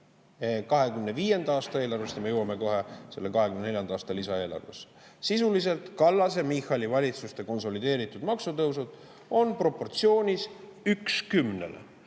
2025. aasta eelarvest, ja ma jõuan ka selle 2024. aasta lisaeelarve juurde. Sisuliselt Kallase-Michali valitsuste konsolideeritud maksutõusud on proportsioonis üks kümnele: